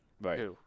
right